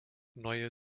neue